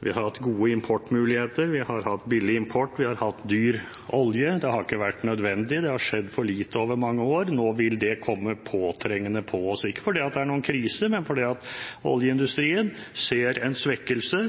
vi har hatt gode importmuligheter, vi har hatt billig import, vi har hatt dyr olje – det har ikke vært nødvendig, det har skjedd for lite over mange år. Nå vil det komme påtrengende på oss, ikke fordi det er noen krise, men fordi oljeindustrien ser en svekkelse.